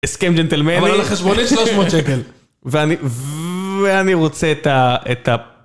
‫הסכם ג'נטלמנטי. ‫-אבל על החשבונית 300 שקל. ‫ואני רוצה את ה...